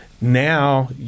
Now